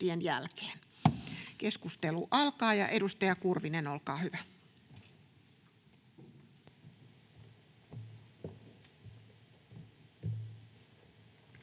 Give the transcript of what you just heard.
Keskustelu alkaa. Edustaja Kurvinen, olkaa hyvä.